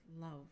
love